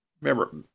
Remember